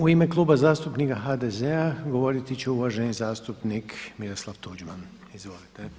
U ime Kluba zastupnika HDZ-a govoriti će uvaženi zastupnik Miroslav Tuđman, izvolite.